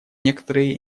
некоторые